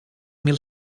mil